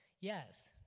yes